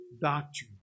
doctrine